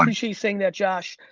appreciate you saying that josh.